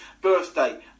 birthday